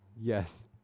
Yes